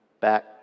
back